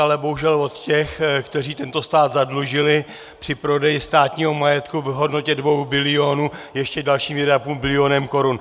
Ale bohužel od těch, kteří tento stát zadlužili při prodeji státního majetku v hodnotě dvou bilionů ještě dalším 1,5 bilionu korun.